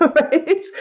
Right